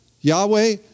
Yahweh